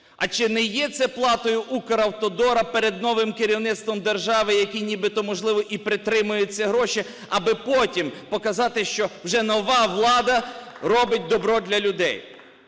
А чи не є це платою Укравтодору перед новим керівництвом держави, які нібито, можливо, і притримають ці гроші, аби потім показати, що вже нова влада робить добро для людей.